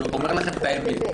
אני אומר לכן את האמת.